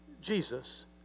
Jesus